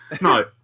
No